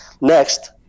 Next